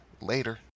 Later